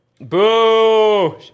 Boo